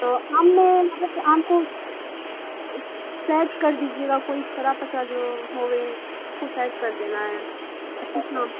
تو آم نے مطلب کہ آپ کو سیٹ کر دیجیے گا کوئی طرا پچہ جو ہو گ اس کو سیٹ کر دینا ہے اچ